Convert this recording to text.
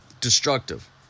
destructive